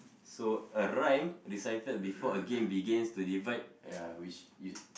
so a rhyme recited before a game begins to divide ya which is